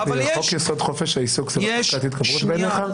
חוק-יסוד חופש העיסוק זה לא פסקת התגברות בעיניך?